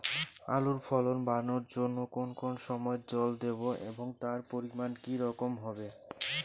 আলুর ফলন বাড়ানোর জন্য কোন কোন সময় জল দেব এবং তার পরিমান কি রকম হবে?